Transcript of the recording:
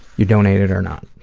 you donated or not.